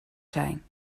zijn